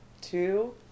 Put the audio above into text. two